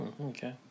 okay